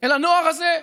אל הנוער הזה,